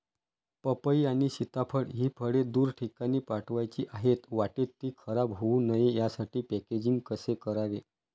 पपई आणि सीताफळ हि फळे दूर ठिकाणी पाठवायची आहेत, वाटेत ति खराब होऊ नये यासाठी पॅकेजिंग कसे करावे?